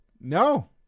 No